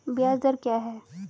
ब्याज दर क्या है?